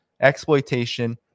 exploitation